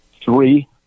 Three